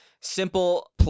simple